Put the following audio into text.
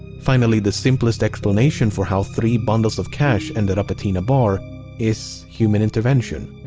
finally, the simplest explanation for how three bundles of cash ended up at tina bar is human intervention.